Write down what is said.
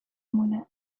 مونه